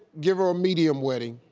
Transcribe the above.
give her a medium wedding,